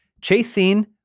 Chasing